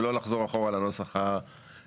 ולא לחזור אחורה לנוסח המקורי.